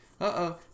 uh-oh